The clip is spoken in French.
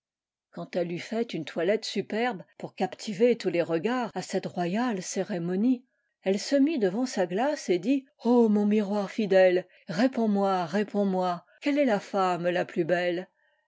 quand elle eut fait une toilette superbe pour captiver tous les regards à cette royale cérémonie elle se mit devant sa glace et dit mon miroir fidèle réponds-moi réponds-moi quelle est la femme la plus belle